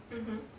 mmhmm